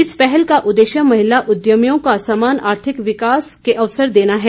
इस पहल का उद्देश्य महिला उद्यमियों को समान आर्थिक विकास के अवसर देना है